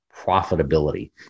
profitability